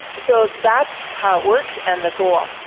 so that's how it works and the goal.